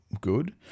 good